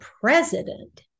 president